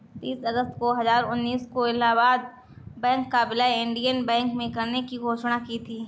तीस अगस्त दो हजार उन्नीस को इलाहबाद बैंक का विलय इंडियन बैंक में करने की घोषणा की थी